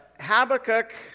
Habakkuk